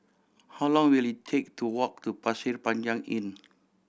how long will it take to walk to Pasir Panjang Inn